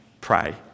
Pray